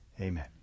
Amen